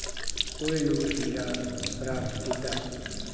ਕੋਹੀਨੂਰ ਹੀਰਾ ਪ੍ਰਾਪਤ ਕੀਤਾ